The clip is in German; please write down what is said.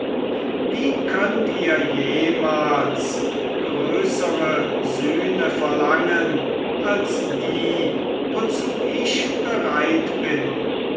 wie könntet ihr jemals größere sühne verlangen als die wozu ich bereit bin